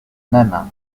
même